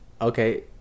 Okay